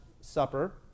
supper